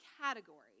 category